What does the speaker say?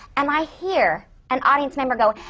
um i hear an audience member go,